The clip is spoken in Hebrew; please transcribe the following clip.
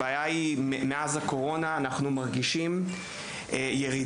הבעיה היא שמאז הקורונה אנחנו מרגישים ירידה